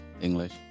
English